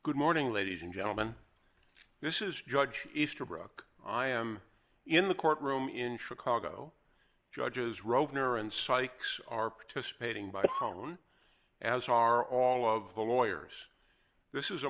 good morning ladies and gentlemen this is judge easterbrook i am in the courtroom in chicago judges rope an hour and sykes are participating by phone as are all of the lawyers this is a